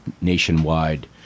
nationwide